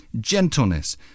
gentleness